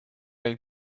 going